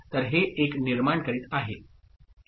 तर हे १ निर्माण करीत आहे